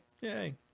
yay